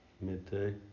Midday